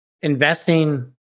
investing